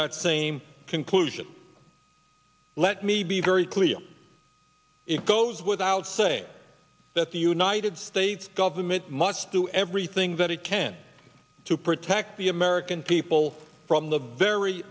that same conclusion let me be very clear it goes without saying that the united states government must do everything that it can to protect the american people from the very